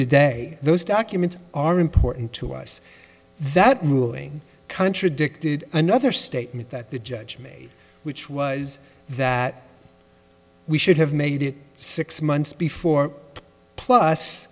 today those documents are important to us that ruling contradicted another statement that the judge made which was that we should have made it six months before